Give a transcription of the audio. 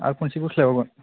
आर खनसेबाव सोलायबावगोन